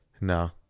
No